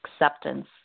acceptance